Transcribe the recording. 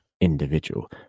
individual